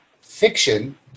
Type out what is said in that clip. fiction